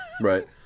Right